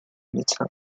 médecins